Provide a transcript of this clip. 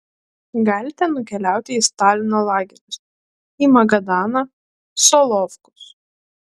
galite nukeliauti į stalino lagerius į magadaną solovkus